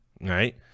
right